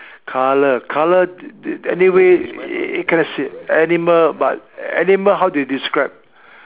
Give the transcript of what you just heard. color color anyway he can't see animal but animal how to describe